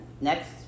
Next